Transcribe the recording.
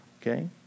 okay